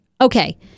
Okay